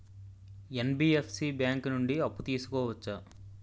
NBFC bank నుండి అప్పు తీసుకోవచ్చా?